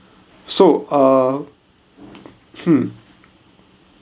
so uh hmm